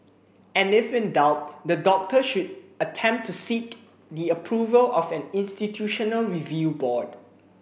and if in doubt the doctor should attempt to seek the approval of an institutional review board